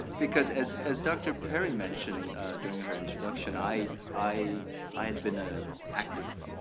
because as as dr. perry mentioned during her introduction, i i i had been an active,